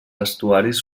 estuaris